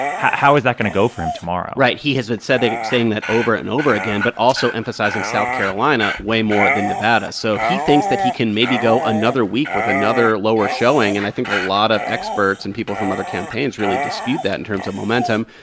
how how is that going to go for him tomorrow? right. he has said been saying that over and over again, but also emphasizing south carolina way more than nevada. so he thinks that he can maybe go another week with another lower showing, and i think a lot of experts and people from other campaigns really dispute that in terms of momentum.